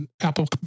Apple